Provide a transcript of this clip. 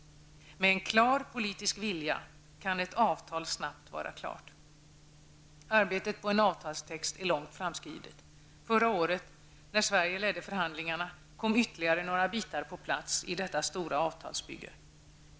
Med en klar politisk vilja kan ett avtal snabbt vara klart. Arbetet på en avtalstext är långt framskridet. Förra året -- när Sverige ledde förhandlingarna -- kom ytterligare några bitar på plats i detta stora avtalsbygge.